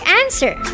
answer